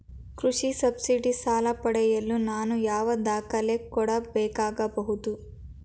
ಕೃಷಿ ಸಬ್ಸಿಡಿ ಸಾಲ ಪಡೆಯಲು ನಾನು ಯಾವ ದಾಖಲೆ ಕೊಡಬೇಕಾಗಬಹುದು?